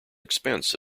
expense